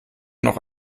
noch